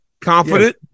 Confident